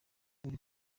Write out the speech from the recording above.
biri